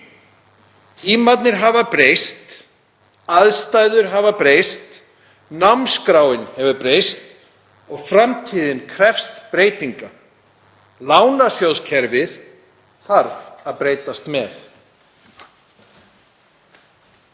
Tímarnir hafa breyst, aðstæður hafa breyst, námskráin hefur breyst og framtíðin krefst breytinga. Lánasjóðskerfið þarf að breytast með.